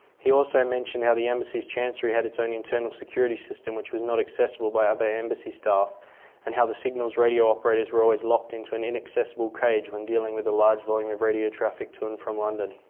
he also mentioned how the embassy's chancery had its own internal security system which was not accessible by other embassy staff and how the signals' radio operators were always locked into an inaccessible cage when dealing with a large volume of radio traffic to and from london.